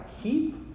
keep